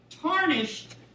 tarnished